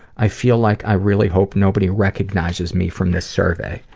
i feel like i really hope nobody recognizes me from this survey.